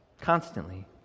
constantly